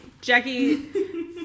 Jackie